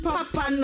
Papa